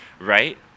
right